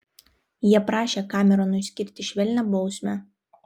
jie prašė kameronui skirti švelnią bausmę